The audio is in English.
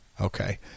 Okay